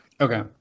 Okay